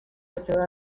ayuda